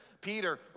Peter